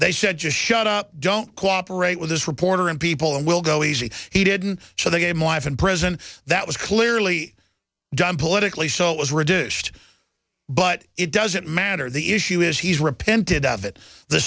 they said just shut up don't cooperate with this reporter and people and we'll go easy he didn't show the game life in prison that was clearly done politically so it was reduced but it doesn't matter the issue is he's repented of it the